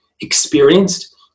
Experienced